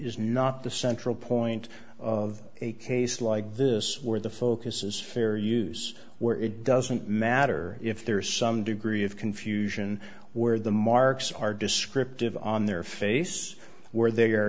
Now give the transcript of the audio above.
is not the central point of a case like this where the focus is fair use where it doesn't matter if there is some degree of confusion where the marks are descriptive on their face where they